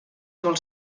molt